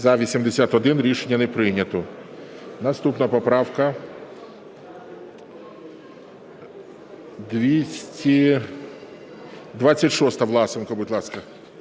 За-81 Рішення не прийнято. Наступна поправка